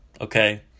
okay